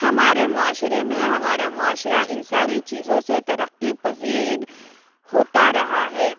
ہمارے معاشرے میں ہمارا معاشرہ ان ساری چیزوں سے ترقی پذیر ہوتا رہا ہے